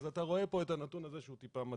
אז אתה רואה פה את הנתון הזה שהוא טיפה מטעה.